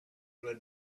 were